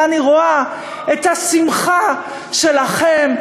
ואני רואה את השמחה שלכם,